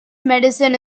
medicine